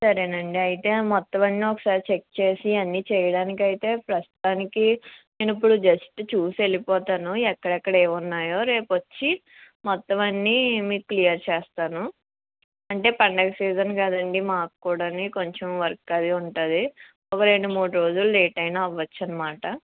సరేనండి అయితే మొత్తం అన్నీ ఒకసారి చెక్ చేసి అన్నీ చేయడానికైతే ప్రస్తుతానికి నేనిప్పుడు జస్ట్ చూసి వెళ్ళిపోతాను ఎక్కడెక్కడ ఏమి ఉన్నాయో రేపు వచ్చి మొత్తం అన్నీ కూడా మీకు క్లియర్ చేస్తాను అంటే పండగ సీజన్ కదండీ మాకు కూడా కొంచెం వర్క్ అదీ ఉంటుంది ఒక రెండు మూడు రోజులు లేట్ అయినా అవ్వచ్చనమాట